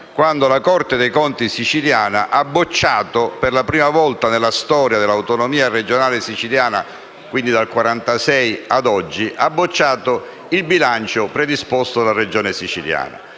quando la Corte dei conti siciliana ha bocciato per la prima volta nella storia dell'autonomia regionale siciliana, quindi dal 1946 ad oggi, il bilancio predisposto dalla Regione.